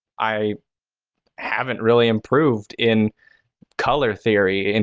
i haven't really improved in color theory, and